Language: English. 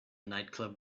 nightclub